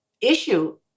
issue